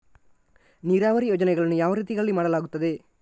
ನೀರಾವರಿ ಯೋಜನೆಗಳನ್ನು ಯಾವ ರೀತಿಗಳಲ್ಲಿ ಮಾಡಲಾಗುತ್ತದೆ?